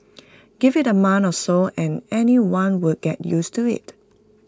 give IT A month or so and anyone will get used to IT